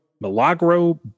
Milagro